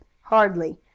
Hardly